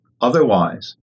otherwise